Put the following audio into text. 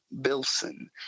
Bilson